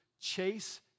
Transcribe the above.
Chase